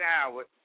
Howard